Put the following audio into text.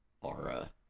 aura